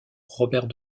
robert